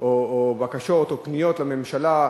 או בקשות או פניות לממשלה,